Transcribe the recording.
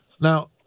Now